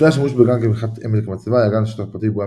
לפני השימוש בגן כמנחת עמק המצלבה היה הגן שטח פרטי ובו היה